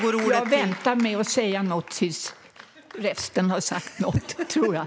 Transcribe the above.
Fru talman! Jag väntar med att säga något tills resten har sagt något.